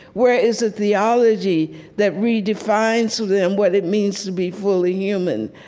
where is the theology that redefines for them what it means to be fully human?